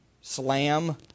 slam